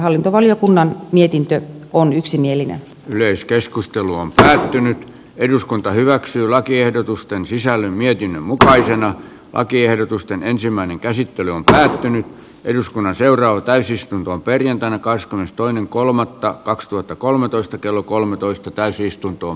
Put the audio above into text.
hallintovaliokunnan mietintö on yksimielinen yleiskeskustelu on päättynyt eduskunta hyväksyy lakiehdotusten sisällön mietinnön mukaisena lakiehdotusten ensimmäinen käsittely on täten eduskunnan seuraava täysistunto perjantaina kahdeskymmenestoinen kolmannetta kaksituhattakolmetoista kello kolmetoista täysistuntoon